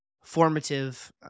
formative